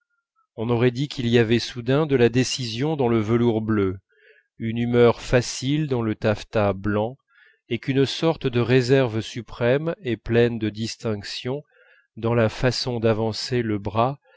on aurait dit qu'il y avait soudain de la décision dans le velours bleu une humeur facile dans le taffetas blanc et qu'une sorte de réserve suprême et pleine de distinction dans la façon d'avancer le bras